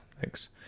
Thanks